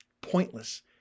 pointless